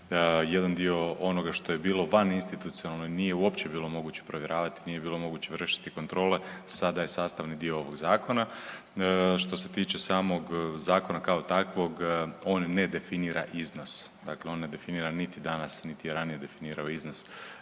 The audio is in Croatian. jedan dio onoga što je bilo van institucionalno nije uopće bilo moguće provjeravati, nije bilo moguće vršiti kontrole, sada je sastavni dio ovog zakona. Što se tiče samog zakona kao takvog on ne definira iznos, dakle on ne definira niti danas niti je ranije definirao iznos